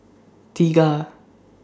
Tea